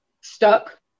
stuck